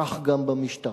כך גם במשטרה.